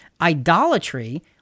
idolatry